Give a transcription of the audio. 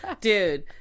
Dude